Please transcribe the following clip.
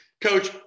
Coach